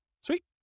Sweet